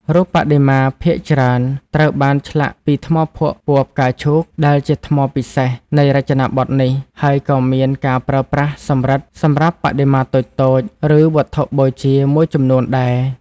រូបបដិមាភាគច្រើនត្រូវបានឆ្លាក់ពី ថ្មភក់ពណ៌ផ្កាឈូកដែលជាថ្មពិសេសនៃរចនាបថនេះ ហើយក៏មានការប្រើប្រាស់ សំរឹទ្ធិ សម្រាប់បដិមាតូចៗ ឬវត្ថុបូជាមួយចំនួនដែរ។